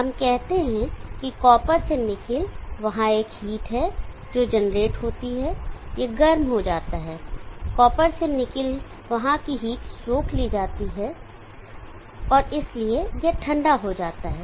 हम कहते हैं कि कॉपर से निकिल वहां एक हीट है जो जनरेट होती है यह गर्म हो जाता है निकिल से कॉपर वहां की हीट सोख ली जाती है और इसलिए यह ठंडा हो जाता है